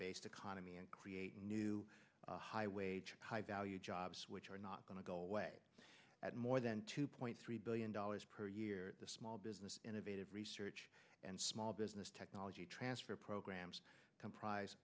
based economy and create new high wage high value jobs which are not going to go away at more than two point three billion dollars per year the small business innovative research and small business technology transfer programs comprise